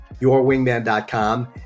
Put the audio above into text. Yourwingman.com